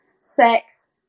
sex